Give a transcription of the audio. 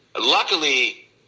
luckily